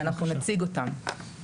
ואנחנו נציג אותן.